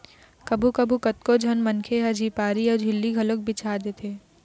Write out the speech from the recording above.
कभू कभू कतको झन मनखे ह झिपारी ऊपर झिल्ली घलोक बिछा देथे